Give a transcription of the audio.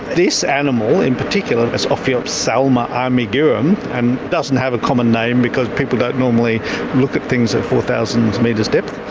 this animal in particular, this ophiopsalma armiguram, and it doesn't have a common name because people don't normally look at things at four thousand metres depth,